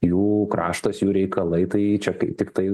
jų kraštas jų reikalai tai čia kaip tik tai